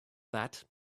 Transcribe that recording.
that